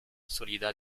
sólida